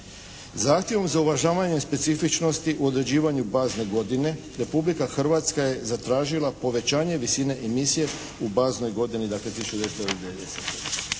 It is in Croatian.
Zahtjevom za uvažavanjem specifičnosti u određivanju bazne godine Republika Hrvatska je zatražila povećanje visine emisije u baznoj godini